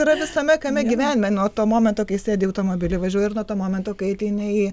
yra visame kame gyvenime nuo to momento kai sėdi į automobilį važiuoji ir nuo to momento kai ateini į